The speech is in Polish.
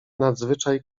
nadzwyczaj